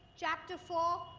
chapter four,